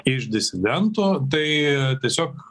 iš disidento tai tiesiog